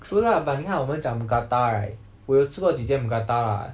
true lah but 你看我们讲 mookata right 我有吃过几间 mookata lah